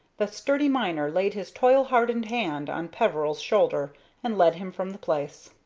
the sturdy miner laid his toil-hardened hand on peveril's shoulder and led him from the place.